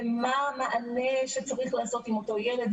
מה המענה שצריך לעשות עם אותו ילד.